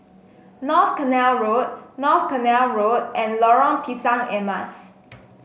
North Canal Road North Canal Road and Lorong Pisang Emas